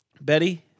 Betty